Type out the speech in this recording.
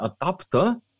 adapter